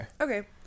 okay